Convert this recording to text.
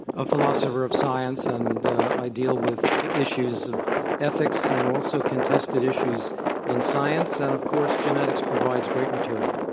a philosopher of science, and i deal with the issues of ethics and also contested issues in science, and, of course, genetics provides great material.